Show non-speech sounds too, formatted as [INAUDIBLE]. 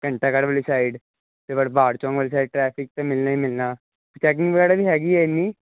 ਘੰਟਾ ਘਰ ਵਾਲੀ ਸਾਇਡ ਅਤੇ [UNINTELLIGIBLE] ਚੋਂਕ ਵਾਲੀ ਸਾਇਡ ਟਰੈਫਿਕ ਤਾਂ ਮਿਲਣਾ ਹੀ ਮਿਲਣਾ ਚੈਕਿੰਗ ਵਗੈਰਾ ਵੀ ਹੈਗੀ ਇੰਨੀ